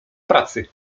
pracy